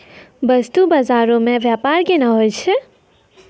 बस्तु बजारो मे व्यपार केना होय छै?